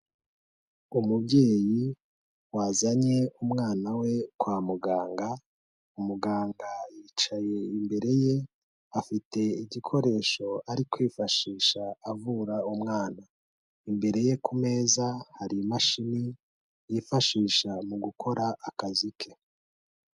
Umubyeyi wazanye umwana we kwa muganga, umuganga yicaye imbere ye afite igikoresho ari kwifashisha avura umwana, imbere ye ku meza hari imashini yifashisha mu gukora akazi ke.